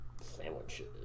sandwiches